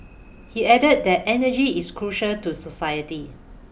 he added that energy is crucial to society